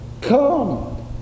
come